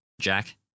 Jack